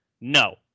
No